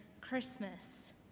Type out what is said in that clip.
Christmas